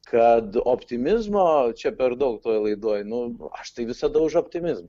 kad optimizmo čia per daug toj laidoj nu aš tai visada už optimizmą